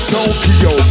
Tokyo